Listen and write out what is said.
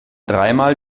dreimal